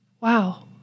Wow